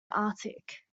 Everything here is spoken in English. arctic